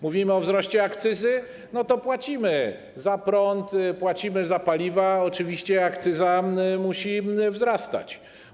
Mówimy o wzroście akcyzy - płacimy za prąd, płacimy za paliwa, oczywiście akcyza musi wzrastać.